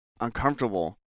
uncomfortable